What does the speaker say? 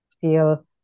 feel